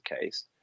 case